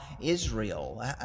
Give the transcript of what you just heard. Israel